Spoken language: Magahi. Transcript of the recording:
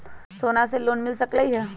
सोना से लोन मिल सकलई ह?